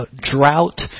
drought